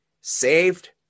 saved